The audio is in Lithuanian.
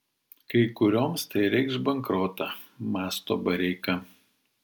kai kurioms tai reikš bankrotą mąsto bareika